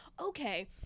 Okay